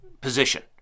position